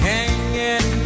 Hanging